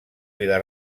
vila